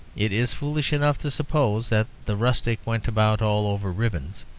it is foolish enough to suppose that the rustic went about all over ribbons,